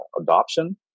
adoption